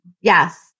Yes